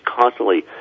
constantly